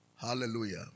Hallelujah